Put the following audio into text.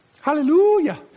hallelujah